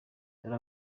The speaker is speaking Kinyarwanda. dore